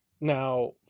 now